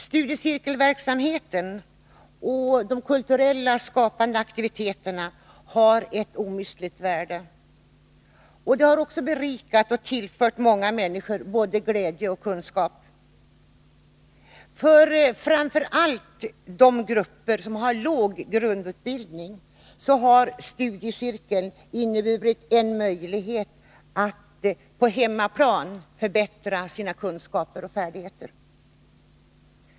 Studiecirkelverksamheten med dess kulturella och skapande aktiviteter har ett omistligt värde. Den har berikat och tillfört många människor både glädje och kunskap. För framför allt grupper av människor med låg grundutbildning har studiecirkeln inneburit en möjlighet att ”på hemmaplan” förbättra olika kunskaper och färdigheter.